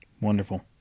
wonderful